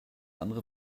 andere